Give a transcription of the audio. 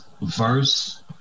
verse